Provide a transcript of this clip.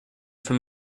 from